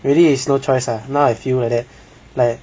really is no choice lah now I feel like that like